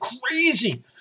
Crazy